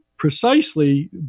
precisely